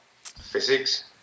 Physics